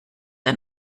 ein